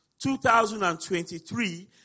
2023